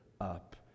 up